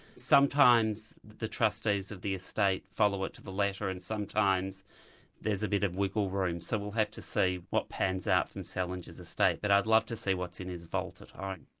sometimes the trustees of the estate follow it to the letter and sometimes there's a bit of wiggle room. so we'll have to see what pans out in salinger's estate. but i'd love to see what's in his vault at ah and